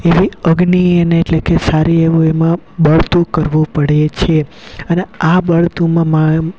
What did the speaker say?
એવી અગ્નિ એને એટલે કે સારી એવું એમાં બળતું કરવું પડે છે અને આ બળતુમાં માં